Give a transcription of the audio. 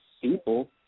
people